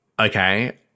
okay